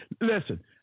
Listen